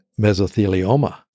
mesothelioma